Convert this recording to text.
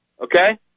okay